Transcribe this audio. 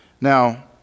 now